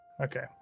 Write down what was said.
Okay